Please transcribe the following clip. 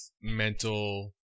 mental